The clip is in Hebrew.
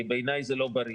כי בעיניי זה לא בריא.